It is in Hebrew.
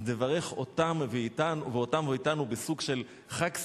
אז נברך אותם ואותנו בסוג של "חג שמח",